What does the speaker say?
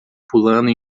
pulando